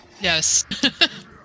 Yes